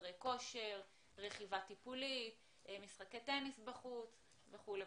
חדרי כושר, רכיבה טיפולית, משחקי טניס בחוץ, וכו'.